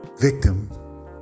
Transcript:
victim